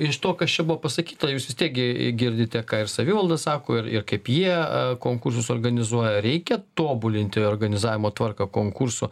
iš to kas čia buvo pasakyta jūsų vis tiek gi girdite ką ir savivalda sako ir ir kaip jie konkursus organizuoja reikia tobulinti organizavimo tvarką konkurso